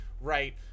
right